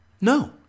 No